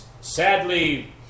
Sadly